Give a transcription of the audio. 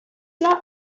not